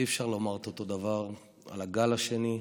אי-אפשר לומר את אותו דבר על הגל השני,